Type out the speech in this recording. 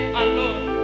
alone